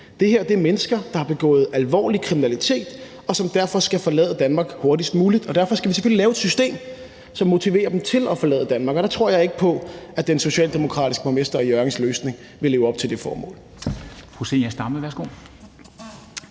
Det her er mennesker, der har begået alvorlig kriminalitet, og som derfor skal forlade Danmark hurtigst muligt, og derfor skal vi selvfølgelig lave et system, som motiverer dem til at forlade Danmark, og jeg tror ikke på, at den løsning, Hjørrings borgmester foreslår, vil leve op til det formål.